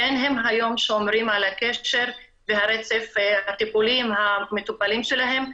כן הם היום שומרים על הקשר והרצף הטיפולי למטופלים שלהם,